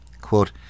quote